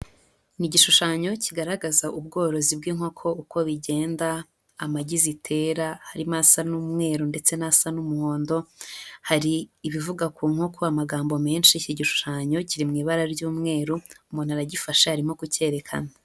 Ni igishushanyo kigaragaza ubworozi bw'inkoko uko bigenda, amagi zitera harimo asa n'umweru ndetse n'asa n'umuhondo, hari ibivuga ku nkoko amagambo menshi, iki gishushanyo kiri mu ibara ry'umweru, umuntu aragifashe arimo kucyerekana.